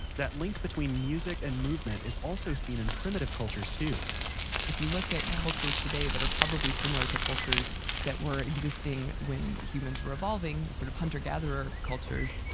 that link between music and movement is also seen in primitive cultures too if you look at cultures today that are probably similar to cultures that were existing when humans were evolving, sort of hunter, gatherer cultures,